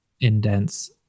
indents